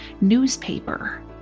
newspaper